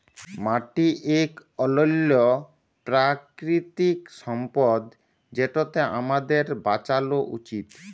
মাটি ইক অলল্য পেরাকিতিক সম্পদ যেটকে আমাদের বাঁচালো উচিত